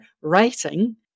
writing